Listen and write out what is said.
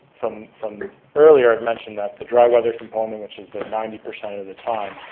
from from earlier i've mentioned that the dry weather component, which is the ninety percent of the time,